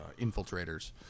infiltrators